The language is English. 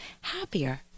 happier